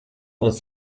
uns